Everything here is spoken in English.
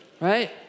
right